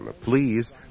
Please